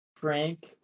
Frank